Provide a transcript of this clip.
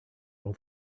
all